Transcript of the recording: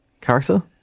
character